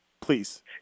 Please